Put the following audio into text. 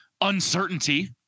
uncertainty